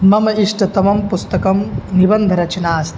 मम इष्टतमं पुस्तकं निबन्धरचना अस्ति